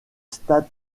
stade